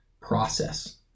process